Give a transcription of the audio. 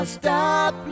stop